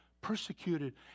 persecuted